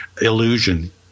illusion